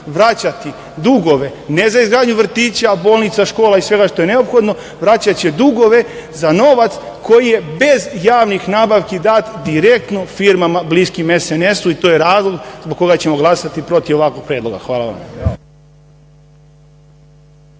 vraćati dugove ne za izgradnju vrtića, bolnica, škola i svega što je neophodno, vraćaće dugove za novac koji je bez javnih nabavki dat direktno firmama bliskim SNS-u i to je razlog zbog koga ćemo glasati protiv ovakvog predloga. Hvala vam.